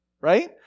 right